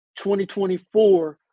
2024